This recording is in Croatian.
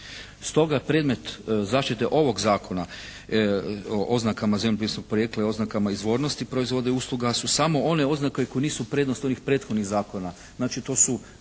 Stoga, predmet zaštite ovog Zakona oznakama zemljopisnog porijekla i oznakama izvornosti proizvoda i usluga su samo one oznake koje nisu prednost onih prethodnih zakona. Znači to su